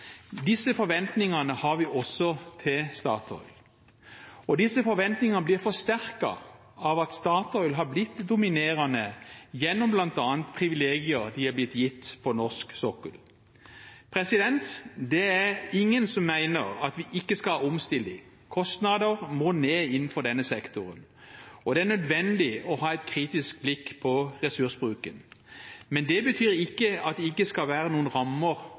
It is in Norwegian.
Disse forventningene har vi også til Statoil. Og disse forventningene blir forsterket av at Statoil har blitt dominerende gjennom bl.a. privilegier de er blitt gitt på norsk sokkel. Det er ingen som mener at vi ikke skal ha omstilling. Kostnadene må ned innenfor denne sektoren, og det er nødvendig å ha et kritisk blikk på ressursbruken. Men det betyr ikke at det ikke skal være noen rammer